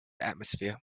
atmosphere